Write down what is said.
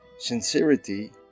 Sincerity